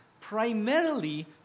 primarily